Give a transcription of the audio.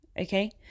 okay